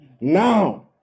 now